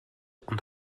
und